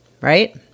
right